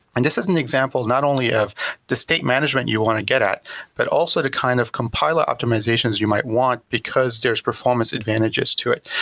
and this is an example not only of the state management you want to get at but also the kind of compiler optimizations you might want because there's performance advantages to it.